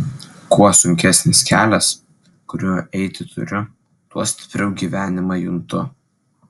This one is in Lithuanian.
kuo sunkesnis kelias kuriuo eiti turiu tuo stipriau gyvenimą juntu